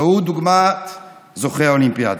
וראו דוגמת זוכי האולימפיאדה.